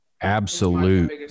absolute